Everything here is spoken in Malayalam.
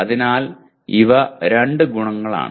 അതിനാൽ ഇവ രണ്ട് ഗുണങ്ങളാണ്